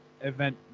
event